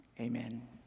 Amen